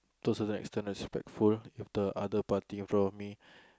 to a certain extent respectful if the other party in front of me